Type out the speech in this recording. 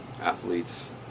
athletes